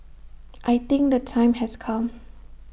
I think the time has come